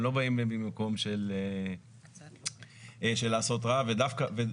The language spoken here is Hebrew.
הם לא באים ממקום של לעשות רע ולהתעמר